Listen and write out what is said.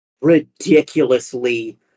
ridiculously